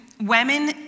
women